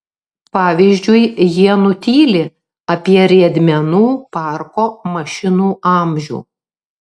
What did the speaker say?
pavyzdžiui jie nutyli apie riedmenų parko mašinų amžių